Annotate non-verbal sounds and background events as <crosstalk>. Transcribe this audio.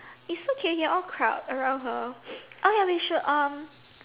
is okay we all crowd around her <noise> okay we should um